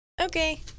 Okay